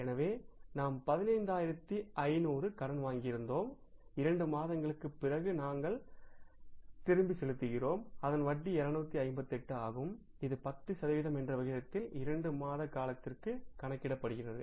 எனவே நாம் 15500 கடன் வாங்கியிருந்தோம் 2 மாதங்களுக்குப் பிறகு நாம் திரும்பி செலுத்துகிறோம் அதன் வட்டி 258 ஆகும் இது 10 சதவிகிதம் என்ற விகிதத்தில் 2 மாத காலத்திற்கு கணக்கிடப்படுகிறது